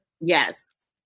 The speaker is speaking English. Yes